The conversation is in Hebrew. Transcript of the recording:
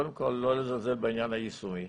קודם כל לא לזלזל בעניין היישומי,